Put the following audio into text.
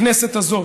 הכנסת הזאת,